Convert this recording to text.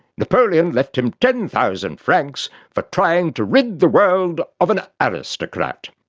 napoleon left him ten thousand francs for trying to rid the world of an aristocrat.